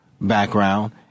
background